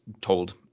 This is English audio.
told